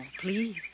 Please